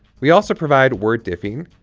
we also provide word diffing,